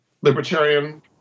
libertarian